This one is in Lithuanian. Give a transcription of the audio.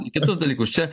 kitus dalykus čia